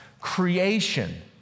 creation